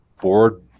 board